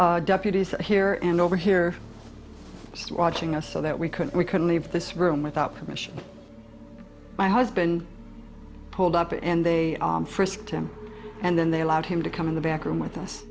deputies here and over here just watching us so that we could we couldn't leave this room without permission my husband pulled up and they frisked him and then they allowed him to come in the back room